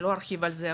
אני לא ארחיב על זה,